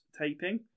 taping